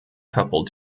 couple